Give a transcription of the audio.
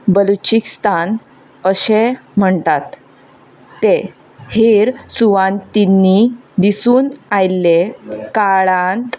बलुचिस्तान अशें म्हणटात ते हेर सुवातींनीं दिसून आयिल्ले काळांत